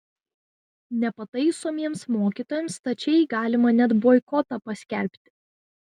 nepataisomiems mokytojams stačiai galima net boikotą paskelbti